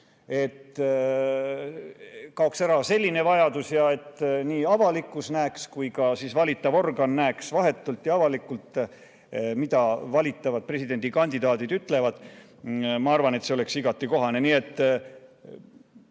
et kaoks ära selline vajadus ja et nii avalikkus kui ka valiv organ näeks vahetult ja avalikult, mida valitavad presidendikandidaadid ütlevad. Ma arvan, et see oleks igati kohane.